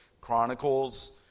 Chronicles